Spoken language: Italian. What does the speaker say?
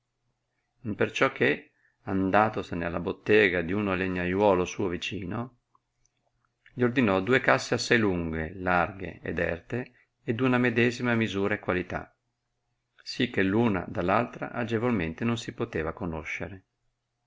imperciò che andatosene alla bottega di uno legnaiuolo suo vicino gli ordinò due casse assai lunghe larghe ed erte e d una medesima misura e qualità sì che l una da l altra agevolmente non si poteva conoscere